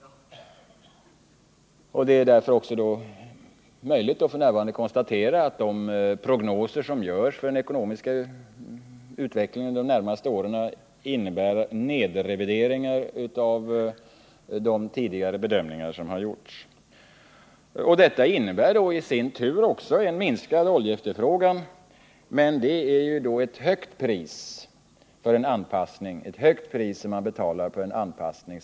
Det är därför möjligt att f. n. konstatera att de prognoser som görs för den ekonomiska utvecklingen under de närmaste åren innebär nedrevideringar av de tidigare bedömningar som har gjorts. Detta innebär i sin tur en minskad oljeefterfrågan, men det är ett högt pris som man får betala för en anpassning.